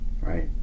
right